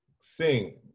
Sing